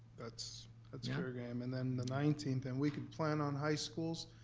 that's that's yeah fair game, and then the nineteenth. and we could plan on high schools.